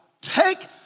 Take